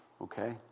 Okay